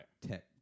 tech